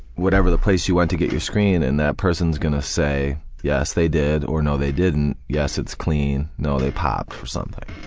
whatever the place you went to get the screen, and that person's gonna say yes, they did, or no, they didn't, yes, it's clean no, they popped for something.